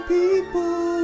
people